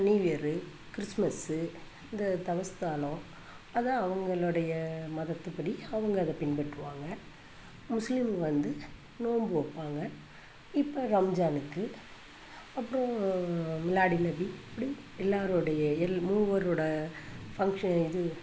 new year Christmas இந்த தவஸ்தாளம் அதை அவங்களுடைய மதத்துப்படி அவங்க அதை பின்பற்றுவாங்க முஸ்லீம்ங்க வந்து நோம்பு வைப்பாங்க இப்போ ரம்ஜானுக்கு அப்புறம் மிலாடிநபி இப்படி எல்லாருடைய எல் மூவருட ஃபங்க்ஷன் இது